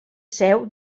seu